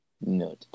no